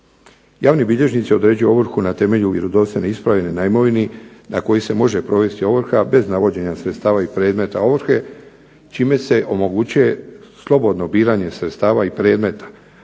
Javni bilježnici određuju ovrhu na temelju vjerodostojne ... na imovini na kojoj se može provesti ovrha bez navođenja sredstava i predmeta ovrhe čime se omogućuje slobodno biranje sredstava i predmeta